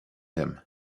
him